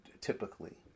Typically